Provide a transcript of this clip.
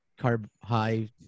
carb-high